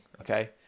okay